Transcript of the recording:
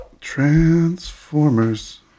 transformers